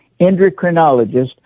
endocrinologist